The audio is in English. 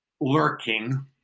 lurking